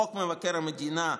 חוק מבקר המדינה,